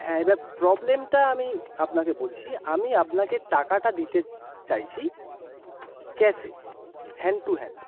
হ্যাঁ এবার প্রবলেমটা আমি আপনাকে বলছি আমি আপনাকে টাকাটা দিতে চাইছি ক্যাশে হ্যাণ্ড টু হ্যাণ্ড